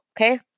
Okay